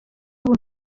baba